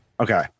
Okay